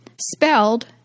spelled